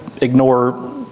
ignore